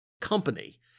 company